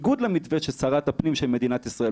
בניגוד למתווה של שרת הפנים של מדינת ישראל,